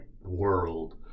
world